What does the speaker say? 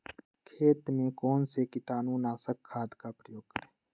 खेत में कौन से कीटाणु नाशक खाद का प्रयोग करें?